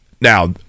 Now